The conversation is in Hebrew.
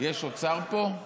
יש עוד שר פה?